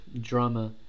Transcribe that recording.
drama